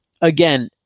again